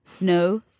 No